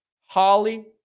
Holly